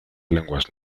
lenguas